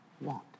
want